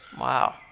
Wow